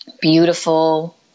beautiful